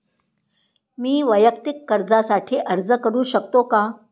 मी वैयक्तिक कर्जासाठी अर्ज करू शकतो का?